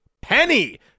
penny